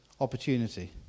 opportunity